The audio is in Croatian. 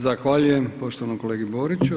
Zahvaljujem poštovanom kolegi Boriću.